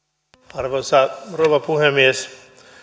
arvoisa rouva puhemies